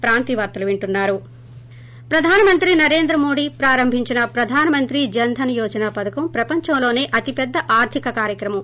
break ప్రధాని నరేంద్ర మోడీ ప్రారంభించిన ప్రధాన్ మంత్రి జన ధన్ యోజన పధకం ప్రపంచంలోసే అతిపెద్ద ఆర్గిక కార్యక్రమం